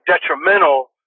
detrimental